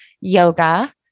yoga